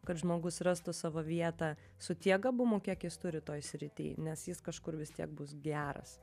kad žmogus rastų savo vietą su tiek gabumų kiek jis turi toj srity nes jis kažkur vis tiek bus geras